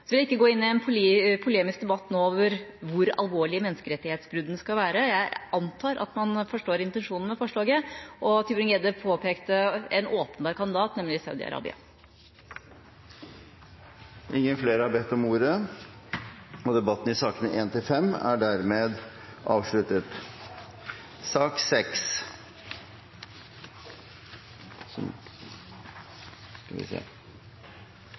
Så vil jeg ikke gå inn i en polemisk debatt nå om hvor alvorlig menneskerettighetsbruddene skal være. Jeg antar at man forstår intensjonen med forslaget, og Tybring-Gjedde påpekte en åpenbar kandidat, nemlig Saudi-Arabia. Flere har ikke bedt om ordet til sakene nr. 1–5. Norge har ønsket å være en av Den asiatiske investeringsbankens grunnleggere og undertegnet avtalen om opprettelse i